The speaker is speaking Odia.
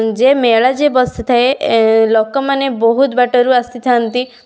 ଯେ ମେଳା ଯେ ବସିଥାଏ ଲୋକମାନେ ବହୁତ ବାଟରୁ ଆସିଥାନ୍ତି